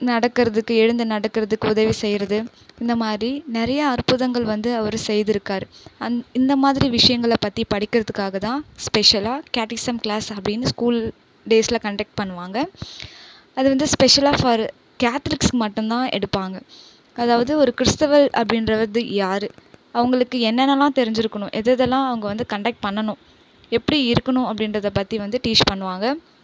நடக்கிறதுக்கு எழுந்து நடக்கிறதுக்கு உதவி செய்யிறது இந்தமாதிரி நிறைய அற்புதங்கள் வந்து அவர் செய்து இருக்கார் அந் இந்தமாதிரி விஷயங்களை பற்றி படிக்கிறதுக்காகதான் ஸ்பெஷல்லாக கேட்டிகிஸம் கிளாஸ் அப்படின்னு ஸ்கூல் டேஸில் கண்டெக்ட் பண்ணுவாங்க அது வந்து ஸ்பெஷலாக ஃபார் கேத்லிக்ஸ் மட்டும்தான் எடுப்பாங்க அதாவது ஒரு கிறிஸ்துவர் அப்படீன்றது யார் அவங்களுக்கு என்னென்னலாம் தெரிஞ்சிருக்கணும் எதுஎதெல்லாம் அவங்க வந்து கண்டெக்ட் பண்ணனும் எப்படி இருக்கணும் அப்படீன்றதை பற்றி வந்து டீச் பண்ணுவாங்க